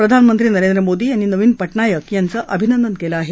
प्रधानमंत्री नरेंद्र मोदी यांनी नवीन पटनाईक यांचं अभिनंदन केलं आहे